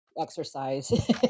exercise